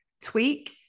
tweak